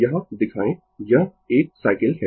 यहां दिखाएं यह 1 साइकिल है